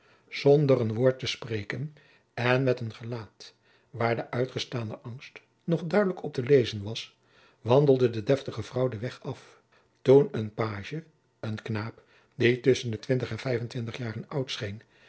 zonder een woord te spreken en met een gelaat waar de uitgestane angst nog duidelijk op te lezen was wandelde de deftige vrouw den weg af toen haar pagie een knaap die tusschen de twintig en vijfentwintig jaren oud scheen